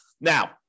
Now